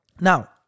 Now